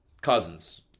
Cousins